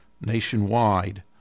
nationwide